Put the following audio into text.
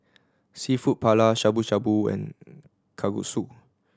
Seafood Paella Shabu Shabu and Kalguksu